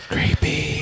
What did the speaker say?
Creepy